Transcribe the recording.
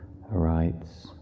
writes